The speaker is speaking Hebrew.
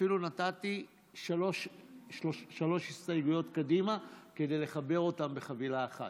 אפילו נתתי שלוש הסתייגויות קדימה כדי לחבר אותן בחבילה אחת.